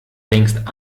längst